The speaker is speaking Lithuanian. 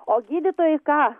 o gydytojai ką